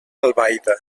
albaida